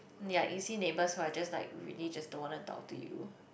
yea you see neighbours who are just like really just don't want to talk to you